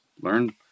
learn